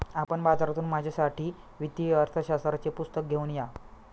आपण बाजारातून माझ्यासाठी वित्तीय अर्थशास्त्राचे पुस्तक घेऊन या